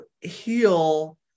heal